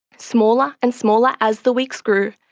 smaller and smaller as the weeks grew,